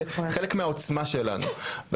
זה חלק מהעוצמה שלנו.